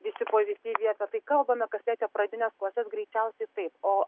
visi pozityviai apie tai kalbame kas liečia pradines klases greičiausiai taip o